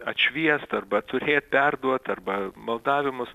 atšviest arba turėt perduot arba maldavimus